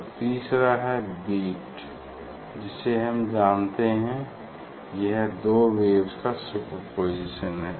और तीसरा है बीट जिसे हम जानते हैं यह दो वेव्स का सुपरपोज़िशन है